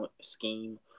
scheme